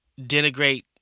denigrate